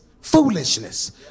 Foolishness